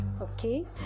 okay